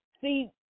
See